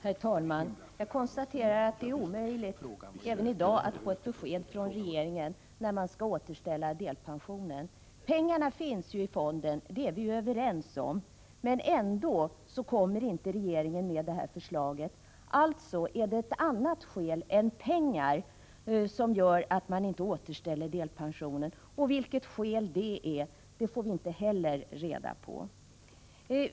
Herr talman! Jag konstaterar att det är omöjligt även i dag att få ett besked från regeringen om när den tänker återställa delpensionen. Pengarna finns i fonden, det är vi överens om, men ändå kommer inte regeringen med förslaget. Alltså är det ett annat skäl än pengar som gör att man inte återställer delpensionen, och vilket skäl det är får vi inte reda på.